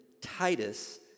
Titus